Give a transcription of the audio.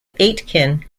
aitkin